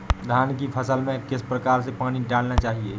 धान की फसल में किस प्रकार से पानी डालना चाहिए?